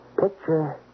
Picture